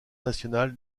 national